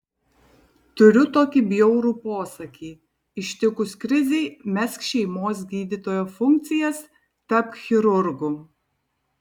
turiu tokį bjaurų posakį ištikus krizei mesk šeimos gydytojo funkcijas tapk chirurgu